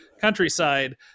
countryside